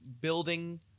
building